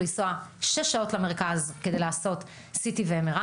לנסוע שש שעות למרכז כדי לעשות CT ו-MRI.